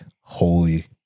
holy